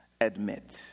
admit